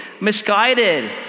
misguided